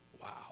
Wow